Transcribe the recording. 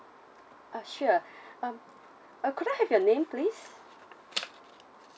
uh sure um uh could I have your name please